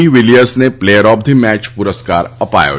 ડિવિલિયર્સને player of the match પુરસ્કાર અપાયો હતો